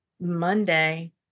Monday